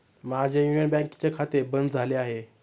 माझे युनियन बँकेचे खाते बंद झाले आहे